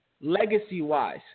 Legacy-wise